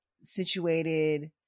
situated